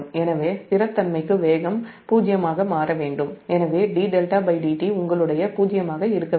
எனவே நிலைத்தன்மைக்கு வேகம் '0' ஆக மாற வேண்டும் எனவே d𝜹 dt உங்களுடைய'0' ஆக இருக்க வேண்டும்